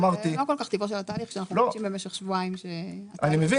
זה לא כל-כך טיבו של התהליך כשאנחנו מבקשים במשך שבועיים שזה יהיה